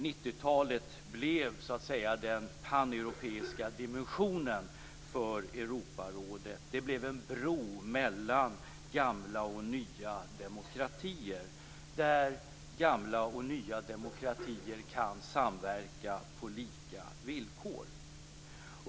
90-talet blev så att säga den paneuropeiska dimensionen för Europarådet. Det blev en bro mellan gamla och nya demokratier där gamla och nya demokratier kan samverka på lika villkor.